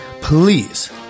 please